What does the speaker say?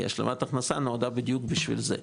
כי השלמה הכנסה נועדה בדיוק בשביל זה,